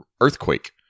earthquake